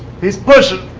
he's pushing.